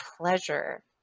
pleasure